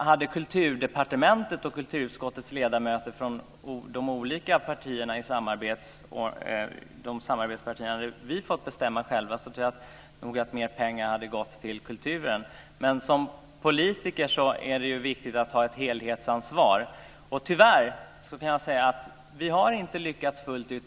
Hade Kulturdepartementet och kulturutskottets ledamöter från samarbetspartierna själva fått bestämma tror jag nog att kulturen hade fått mer pengar. Men som politiker är det viktigt att man tar ett helhetsansvar. Tyvärr har vi inte lyckats fullt ut.